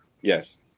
Yes